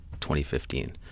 2015